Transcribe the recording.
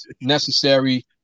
necessary